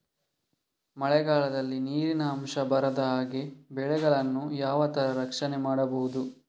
ಮಳೆಗಾಲದಲ್ಲಿ ನೀರಿನ ಅಂಶ ಬಾರದ ಹಾಗೆ ಬೆಳೆಗಳನ್ನು ಯಾವ ತರ ರಕ್ಷಣೆ ಮಾಡ್ಬಹುದು?